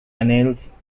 annales